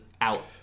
out